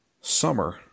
summer